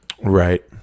Right